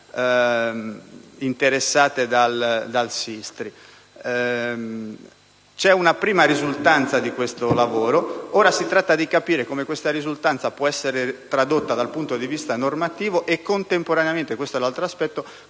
dato una prima risultanza, ora si tratta di capire in che modo tale risultanza può essere tradotta dal punto di vista normativo e, contemporaneamente, questo è l'altro aspetto,